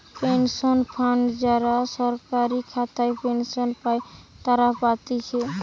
pension fund যারা সরকারি খাতায় পেনশন পাই তারা পাতিছে